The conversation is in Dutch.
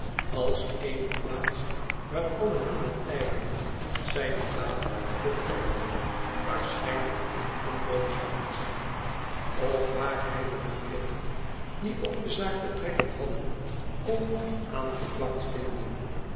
als eene plaats waar alle nieuwe tijdingen zijne daad betreffende waarschijnlijk in omloop zouden zijn ofwaar hij de biljetten die op de zaak betrekking hadden konaangeplakt vinden